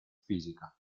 fisica